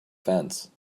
fence